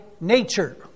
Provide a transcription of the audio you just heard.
nature